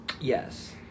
Yes